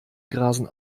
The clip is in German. grasen